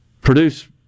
produce